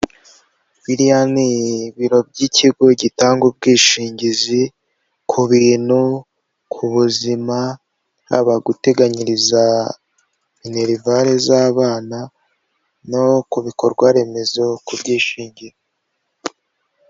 Biriya ni ibiro by'ikigo gitanga ubwishingizi ku bintu, ku buzima, haba guteganyiriza minerivare z'abana no ku bikorwa remezo kubyishingira.